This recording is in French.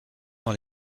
dans